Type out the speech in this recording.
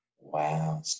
Wow